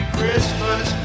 Christmas